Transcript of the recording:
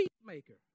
peacemaker